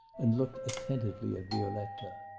and looked attentively at violetta.